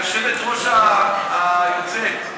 היושבת-ראש היוצאת,